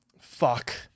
Fuck